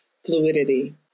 fluidity